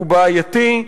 הוא בעייתי.